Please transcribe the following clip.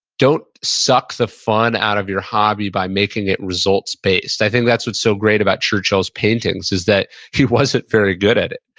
don't suck the fun out of your hobby by making it results-based i think that's what's so great about churchill's paintings, is that, he wasn't very good at it.